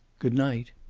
good night.